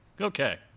Okay